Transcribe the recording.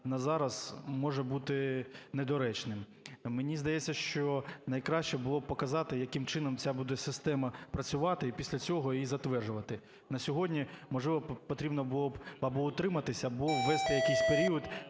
на зараз може бути недоречним. Мені здається, що найкраще було б показати, яким чином ця буде система працювати, і після цього її затверджувати. На сьогодні, можливо, потрібно було б або утриматися, або ввести якийсь період,